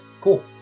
Cool